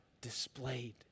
displayed